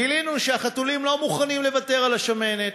גילינו שהחתולים לא מוכנים לוותר על השמנת,